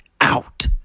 out